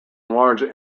enlarge